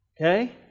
okay